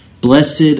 Blessed